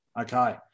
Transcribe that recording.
okay